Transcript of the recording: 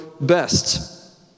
best